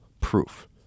proof